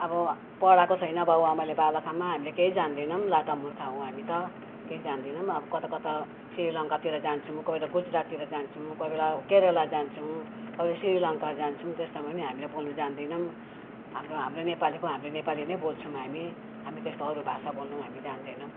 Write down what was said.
अब पढाएको छैन बाबुआमाले बालखामा हामीले केही जान्दैनौँ लाटामूर्ख हौँ हामी त केही जान्दैनौँ अब कता कता श्रीलङ्कातिर जान्छौँ कोही बेला गुजराततिर जान्छौँ कोही बेला केरला जान्छौँ अब श्रीलङ्का जान्छौँ त्यस्तोमा पनि हामीले बोल्न जान्दैनौँ हाम्रो हाम्रो नेपालीको हाम्रो नेपाली नै बोल्छौँ हामी हामी त्यस्तो अरू भाषा बोल्नु हामी जान्दैनौँ